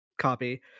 copy